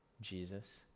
Jesus